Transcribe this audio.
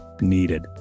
needed